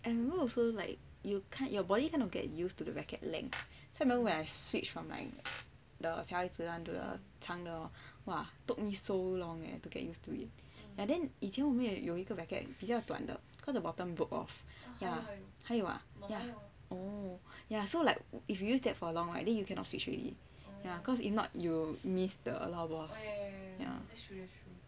and you know also like you can't your body kind of get used to the racket length so you know when I switch from like the 小孩子 [one] to the 长 [one] it took me so long eh to get used to it and then 以前我们也是有一个 racket 比较短的 cause the bottom broke off ya oh 还有 ah ya so like if you use that for long right then you cannot switch it already cause if not you missed the a lot of balls